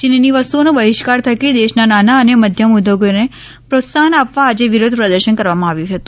ચીનની વસ્તુઓના બહિસ્કાર થકી દેશના નાના અને મધ્યમ ઉદ્યોગોને પ્રોત્સાહન આપવા આજે વિરોધ પ્રદર્શન કરવામાં આવ્યું છે